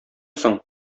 соң